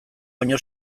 baino